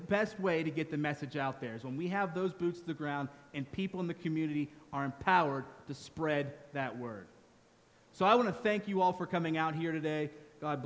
best way to get the message out there is when we have those boots the ground and people in the community are empowered to spread that word so i want to thank you all for coming out here today god